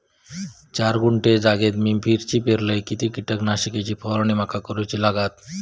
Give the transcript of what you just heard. चार गुंठे जागेत मी मिरची पेरलय किती कीटक नाशक ची फवारणी माका करूची लागात?